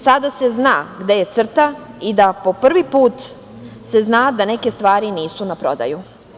Sada se zna gde je crta i da po prvi put se zna da neke stvari nisu na prodaju.